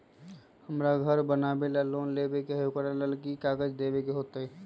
हमरा घर बनाबे ला लोन लेबे के है, ओकरा ला कि कि काग़ज देबे के होयत?